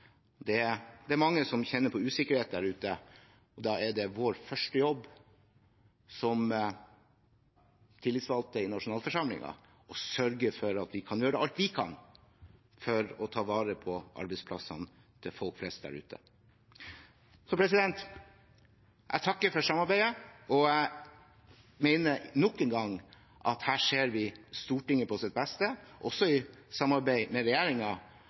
Det er mange som kjenner på usikkerhet der ute. Da er vår første jobb som tillitsvalgte i nasjonalforsamlingen å sørge for at vi gjør alt det vi kan for å ta vare på arbeidsplassene til folk flest der ute. Jeg takker for samarbeidet. Jeg mener nok en gang at vi her ser Stortinget på sitt beste, i samarbeid med